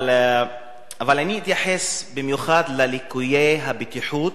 אבל אני אתייחס במיוחד לליקויי הבטיחות